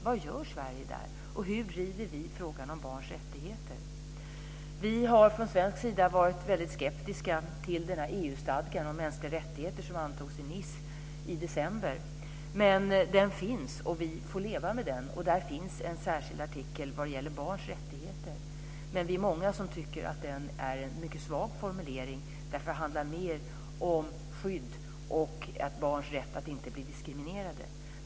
Vad gör Sverige där, och hur driver vi frågan om barns rättigheter? Vi har från svensk sida varit väldigt skeptiska till den EU-stadga om mänskliga rättigheter som antogs i Nice i december. Men den finns, och vi får leva med den, och där finns en särskild artikel när det gäller barns rättigheter. Men vi är många som tycker att den är en mycket svag formulering, därför att den handlar mer om skydd och barns rätt att inte bli diskriminerade.